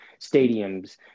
stadiums